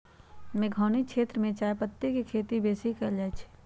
मेघौनी क्षेत्र में चायपत्ति के खेती बेशी कएल जाए छै